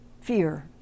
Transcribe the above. fear